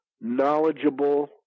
knowledgeable